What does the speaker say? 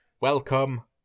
Welcome